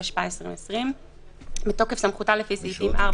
התשפ"א 2020 בתוקף סמכותה לפי סעיפים 4,